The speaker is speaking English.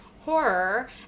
horror